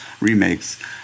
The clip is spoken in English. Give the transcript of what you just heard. remakes